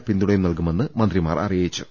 പിന്തുണനൽകുമെന്ന് മന്ത്രിമാർ അറിയിച്ചു